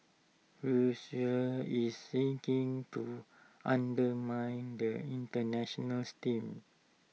Russia is seeking to undermine the International steam